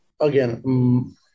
again